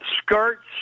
skirts